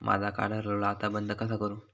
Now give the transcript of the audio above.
माझा कार्ड हरवला आता बंद कसा करू?